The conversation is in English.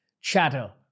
chatter